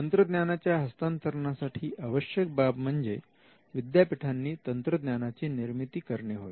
तंत्रज्ञानाच्या हस्तांतरणासाठी अत्यावश्यक बाब म्हणजे विद्यापीठांनी तंत्रज्ञानाची निर्मिती करणे होय